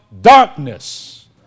darkness